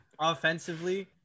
Offensively